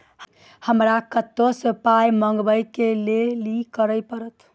हमरा कतौ सअ पाय मंगावै कऽ लेल की करे पड़त?